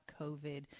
COVID